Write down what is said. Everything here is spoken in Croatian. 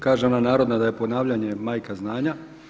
Kaže ona narodna da je ponavljanje majka znanja.